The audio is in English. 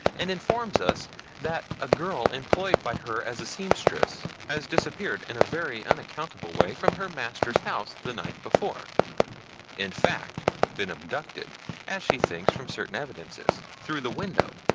and informs us that a girl employed by her as seamstress has disappeared in a very unaccountable way from her master's house the night before in fact been abducted as she thinks from certain evidences, through the window.